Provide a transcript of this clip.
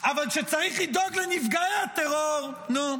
אבל כשצריך לדאוג לנפגעי הטרור, נו,